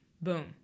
boom